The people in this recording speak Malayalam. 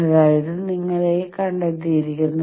അതായത് നിങ്ങൾ ഏ കണ്ടെത്തിയിരിക്കുന്നു